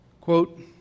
Quote